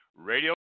Radio